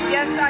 Yes